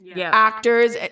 actors